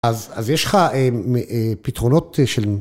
‫אז יש לך פתרונות של...